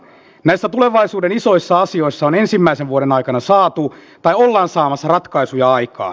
näissä tulevaisuuden isoissa asioissa on ensimmäisen vuoden aikana saatu tai ollaan saamassa ratkaisuja aikaan